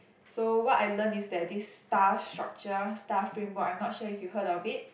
so what I learn is that this star structure star framework I'm not sure if you heard of it